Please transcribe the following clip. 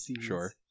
Sure